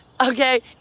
Okay